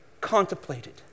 contemplated